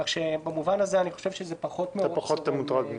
כך שמובן הזה אני חושב שזה פחות מעורר --- אתה פחות מוטרד מזה.